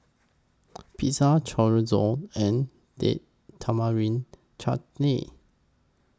Pizza Chorizo and Date Tamarind Chutney